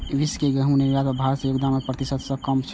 विश्व के गहूम निर्यात मे भारतक योगदान एक प्रतिशत सं कम छै